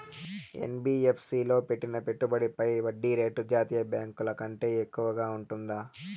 NBFC లో పెట్టిన పెట్టుబడి పై వడ్డీ రేటు జాతీయ బ్యాంకు ల కంటే ఎక్కువగా ఉంటుందా?